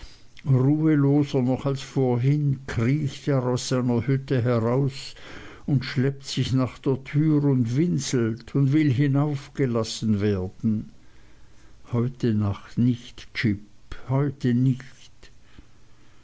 ruheloser noch als vorhin kriecht er aus seiner hütte heraus und schleppt sich nach der tür und winselt und will hinaufgelassen werden heute nacht nicht jip heute nicht